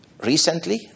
recently